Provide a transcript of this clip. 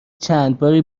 چندباری